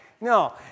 No